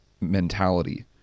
mentality